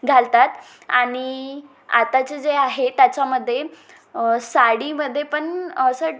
घालतात आणि आताचे जे आहे त्याच्यामध्ये साडीमध्ये पण असं